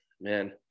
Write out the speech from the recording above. Man